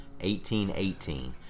1818